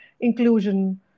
inclusion